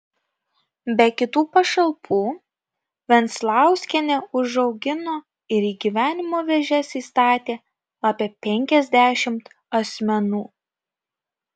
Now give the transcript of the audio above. be kitų pašalpų venclauskienė užaugino ir į gyvenimo vėžes įstatė apie penkiasdešimt asmenų